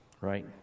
right